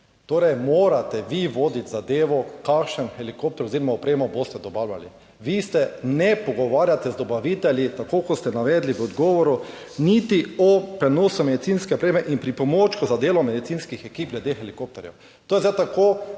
torej morate vi voditi zadevo, kakšen helikopter oziroma opremo boste dobavljali. Vi se ne pogovarjate z dobavitelji, tako kot ste navedli v odgovoru, niti o prenosu medicinske opreme in pripomočkov za delo medicinskih ekip glede helikopterjev. To je zdaj tako,